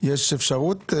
יש אפשרות?